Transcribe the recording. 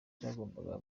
cyangombwa